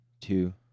two